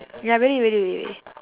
ya really really really